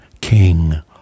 King